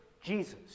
Jesus